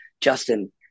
justin